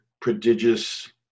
prodigious